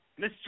Mr